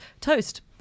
toast